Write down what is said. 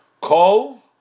Call